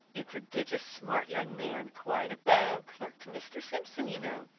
a prodigious smart young man, quite a beau, clerk to mr. simpson, you know,